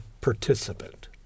participant